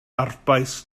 arfbais